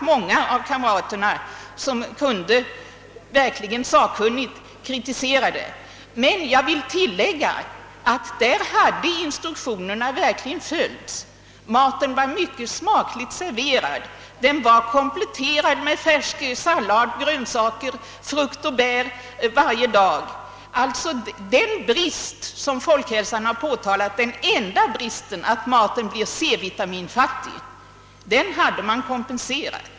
Många av kamraterna kunde som sagt verkligen sakkunnigt bedöma maten. Jag vill emellertid tillägga, att där hade instruktionerna verkligen följts. Maten var mycket smakligt serverad, den var kompletterad med sallad och andra grönsaker, frukt och bär varje dag. Den enda bristen som statens institut för folkhälsan har påtalet, nämligen att maten är C-vitaminfattig, hade man kompenserat.